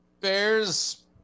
Bears